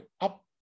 up